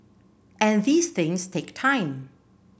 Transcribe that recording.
and these things take time